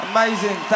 Amazing